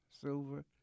Silver